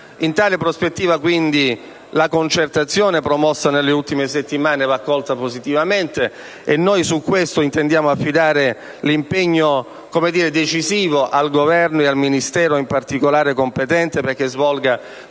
In tale prospettiva, quindi, la concertazione promossa nelle ultime settimane va colta positivamente, e su questo intendiamo affidare l'impegno decisivo al Governo, ed in particolare al Ministero competente, perché svolga